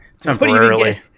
Temporarily